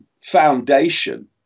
foundation